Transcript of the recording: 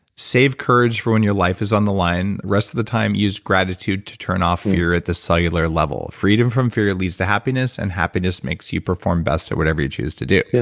save courage for when your life is on the line. the rest of the time, use gratitude to turn off fear at the cellular level. freedom from fear leads to happiness and happiness makes you perform best at whatever you chose to do. yeah